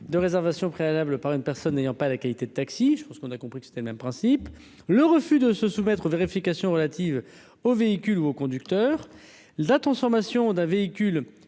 de réservation préalable par une personne ayant pas la qualité de taxi, je pense qu'on a compris que c'était même principe : le refus de se soumettre aux vérifications relatives aux véhicules ou au conducteur la transformation d'un véhicule